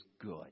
good